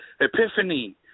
Epiphany